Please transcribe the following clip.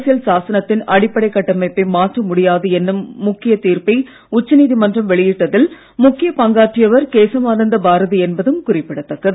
அரசியல் சாசனத்தின் அடிப்படைக் கட்டமைப்பை மாற்ற முடியாது என்னும் முக்கியத் தீர்ப்பை உச்ச நீதிமன்றம் வெளியிட்டதில் முக்கியப் பங்காற்றியவர் கேசவானந்த பாரதி என்பதும் குறிப்பிடத்தக்கது